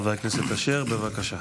חבר הכנסת אשר, בבקשה.